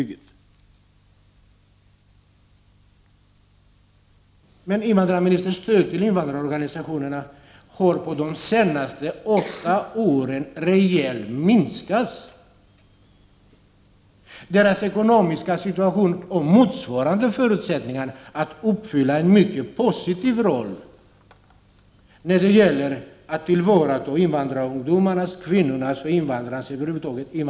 Stödet till invandrarorganisationerna, invandrarministern, har minskat rejält under de senaste åtta åren. Att förbättra deras ekonomiska situation och uppfylla motsvarande förutsättningar är mycket viktigt när det gäller att tillvarata invandrarnas intressen.